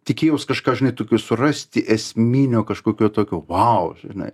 tikėjaus kažką žinai tokio surasti esminio kažkokio tokio vau žinai